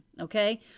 okay